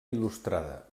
il·lustrada